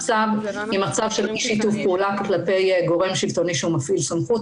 במצב של אי שיתוף פעולה כלפי גורם שלטוני שמפעיל סמכות,